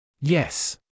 Yes